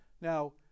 Now